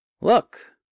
Look